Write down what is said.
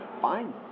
Fine